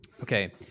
Okay